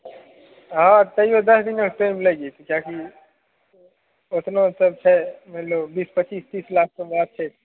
आ तैयो दस दिन टाइम लागि जेतै किएकि अखनो तब छै मानि लो बीस पचीस तीस लाखके बात छै